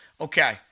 Okay